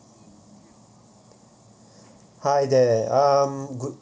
hi there um